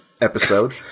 episode